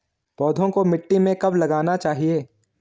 पौधों को मिट्टी में कब लगाना चाहिए?